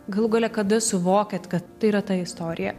galų gale kada suvokėt kad tai yra ta istorija